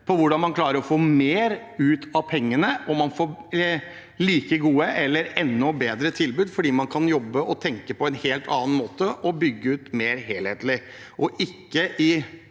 på hvordan man klarer å få mer ut av pengene, og man får like gode eller enda bedre tilbud fordi man kan jobbe og tenke på en helt annen måte og bygge ut mer helhetlig og ikke